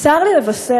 צר לי לבשר,